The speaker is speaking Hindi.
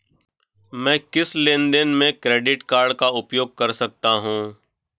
मैं किस लेनदेन में क्रेडिट कार्ड का उपयोग कर सकता हूं?